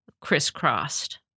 crisscrossed